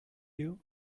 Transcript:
you